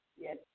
Yes